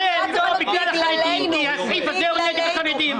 הסעיף הזה הוא נגד החרדים.